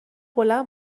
بلند